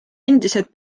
endiselt